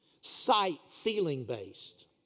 sight-feeling-based